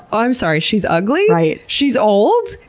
i'm sorry, she's ugly! like she's old!